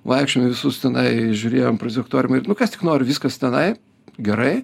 vaikščiojom į visus tenai žiūrėjom prozektoriumą nukas tik nori viskas tenai gerai